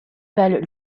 valent